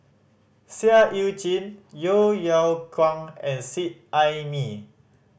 Seah Eu Chin Yeo Yeow Kwang and Seet Ai Mee